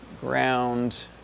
ground